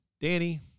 Danny